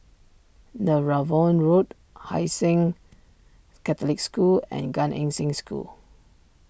Netheravon Road Hai Sing Catholic School and Gan Eng Seng School